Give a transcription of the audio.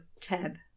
tab